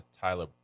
Tyler